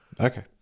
okay